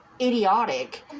idiotic